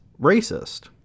racist